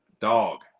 dog